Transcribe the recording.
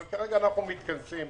אבל כרגע אנחנו מתכנסים,